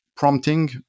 prompting